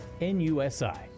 NUSI